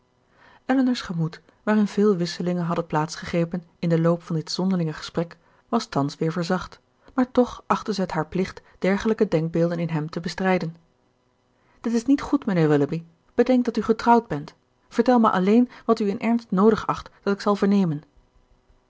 elinor's gemoed waarin vele wisselingen hadden plaats gegrepen in den loop van dit zonderlinge gesprek was thans weer verzacht maar toch achtte zij het haar plicht dergelijke denkbeelden in hem te bestrijden dit is niet goed mijnheer willoughby bedenk dat u getrouwd bent vertel mij alleen wat u in ernst noodig acht dat ik zal vernemen